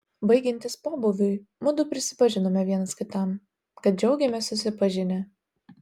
baigiantis pobūviui mudu prisipažinome vienas kitam kad džiaugėmės susipažinę